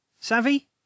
Savvy